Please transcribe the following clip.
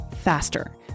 faster